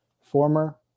former